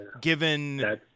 given